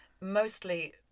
mostly